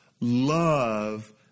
love